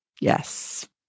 Yes